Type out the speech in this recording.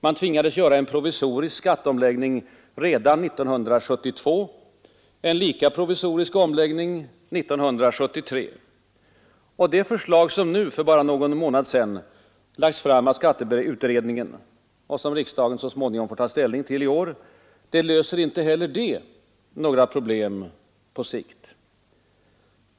Man tvingades göra en provisorisk skatteomläggning redan 1972, en lika provisorisk omläggning 1973. Det förslag som nu för bara någon månad sedan lagts fram av skatteutredningen och som riksdagen så småningom får ta ställning till i år löser inte heller det några problem på sikt.